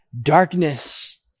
darkness